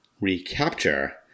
recapture